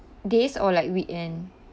days or like weekend